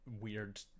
weird